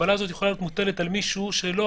ההגבלה הזאת יכולה להיות מוטלת על מישהו שלא